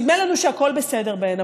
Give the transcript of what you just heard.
נדמה לנו שהכול בסדר בהן,